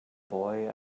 boy